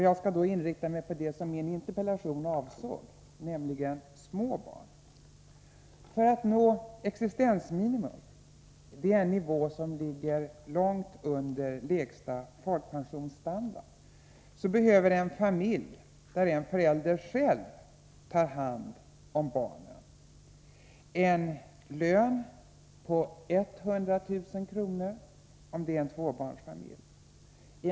Jag skall då inrikta mig på dem som min interpellation avsåg, nämligen familjer med små barn. För att nå existensminimum, en nivå som ligger långt under lägsta folkpensionsstandard, behöver en familj där en förälder själv tar hand om barnen en lön på 100 000 kr., om det är en tvåbarnsfamilj.